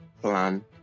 plan